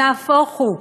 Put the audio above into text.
נהפוך הוא.